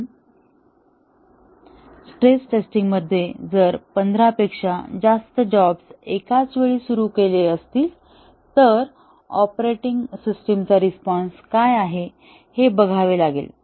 म्हणून stress testing मध्ये जर पंधरापेक्षा जास्त जॉब्स एकाच वेळी सुरू केले असतील तर ऑपरेटिंग सिस्टमचा रिस्पॉन्स काय आहे हे बघावे लागेल